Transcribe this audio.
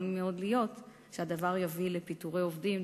מאוד להיות שהדבר יביא לפיטורי עובדים,